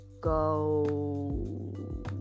go